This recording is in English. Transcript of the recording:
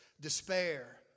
despair